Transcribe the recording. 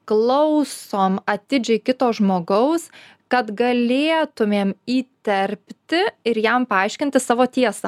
klausom atidžiai kito žmogaus kad galėtumėm įterpti ir jam paaiškinti savo tiesą